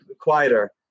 quieter